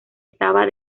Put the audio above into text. estaban